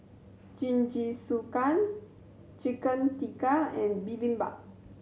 Jingisukan Chicken Tikka and Bibimbap